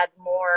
more